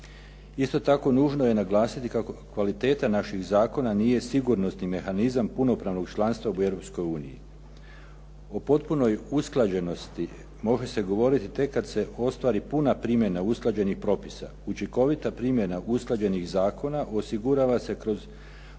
Isto tako, nužno je naglasiti kako kvaliteta naših zakona nije sigurnosni mehanizam punopravnog članstva u Europskoj uniji. O potpunoj usklađenosti može se govoriti tek kad se ostvari puna primjena usklađenih propisa. učinkovita primjena usklađenih zakona osigurava se kroz